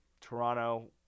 Toronto